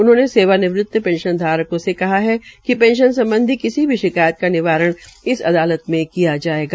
उन्होंने सेवानिवृत पेंशन धारकों से कहा िक पेंशन सम्बधी किसी भी शिकायत का निवारण इस अदालत मे किया जायेगा